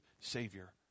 savior